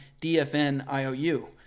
DFNIOU